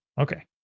Okay